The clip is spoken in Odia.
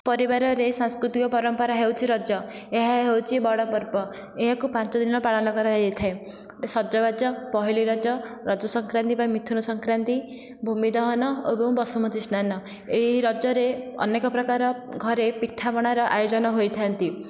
ପରିବାରରେ ସାଂସ୍କୃତିକ ପରମ୍ପରା ହେଉଛି ରଜ ଏହା ହେଉଛି ବଡ଼ ପର୍ବ ଏହାକୁ ପାଞ୍ଚ ଦିନ ପାଳନ କରାଯାଇଥାଏ ସଜବାଜ ପହିଲି ରଜ ରଜ ସଂକ୍ରାନ୍ତି ବା ମିଥୁନ ସଂକ୍ରାନ୍ତି ଭୂମି ଦହନ ଏବଂ ବସୁମତୀ ସ୍ନାନ ଏହି ରଜରେ ଅନେକ ପ୍ରକାର ଘରେ ପିଠାପଣାର ଆୟୋଜନ ହୋଇଥାନ୍ତି